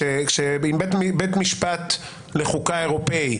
אם בית משפט לחוקה אירופי,